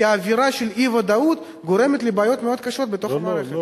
כי האווירה של האי-ודאות גורמת לבעיות מאוד קשות בתוך המערכת.